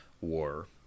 war